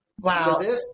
Wow